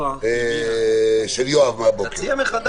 הסתייגות מס' 26. מי בעד ההסתייגות?